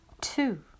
Two